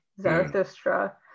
Zarathustra